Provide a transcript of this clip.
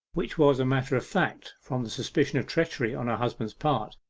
which was matter of fact, from the suspicion of treachery on her husband's part,